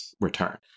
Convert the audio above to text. return